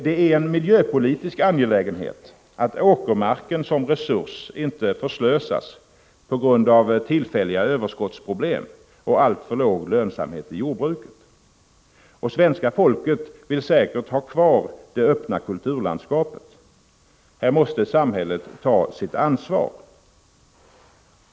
Det är en miljöpolitisk angelägenhet att åkermarken som resurs inte förslösas på grund av tillfälliga överskottsproblem och alltför låg lönsamhet i jordbruket. Svenska folket vill nämligen ha kvar det öppna kulturlandskapet. Samhället måste här ta sitt ansvar.